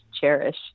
cherish